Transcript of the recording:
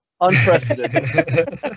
unprecedented